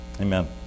Amen